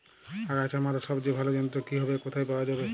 আগাছা মারার সবচেয়ে ভালো যন্ত্র কি হবে ও কোথায় পাওয়া যাবে?